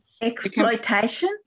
Exploitation